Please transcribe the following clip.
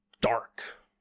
dark